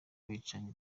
bicanyi